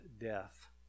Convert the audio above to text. death